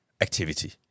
activity